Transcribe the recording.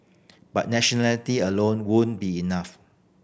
but nationality alone won't be enough